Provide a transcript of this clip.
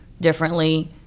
differently